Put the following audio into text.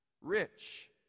rich